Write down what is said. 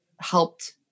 helped